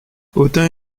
hautain